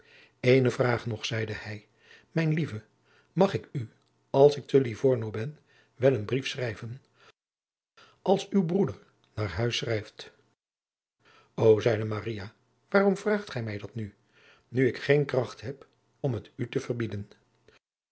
eene vraag nog zeide hij mijn lieve mag ik u als ik te livorno ben wel een brief schrijven als uw broeder naar huis schrijft ô zeide maria waarom vraagt gij mij dat nu nu ik geen kracht heb om het u te verbieden